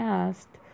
asked